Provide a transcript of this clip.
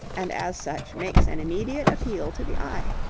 and as such makes an immediate appeal to the eye.